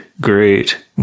great